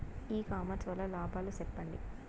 ఇ commerce వల్ల లాభాలు సెప్పండి?